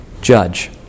judge